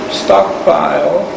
stockpile